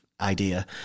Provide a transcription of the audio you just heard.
idea